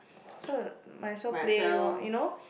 so uh might as well play lor you know